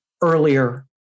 earlier